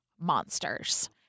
monsters